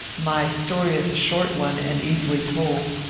my story is a short one, and easily told.